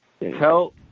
tell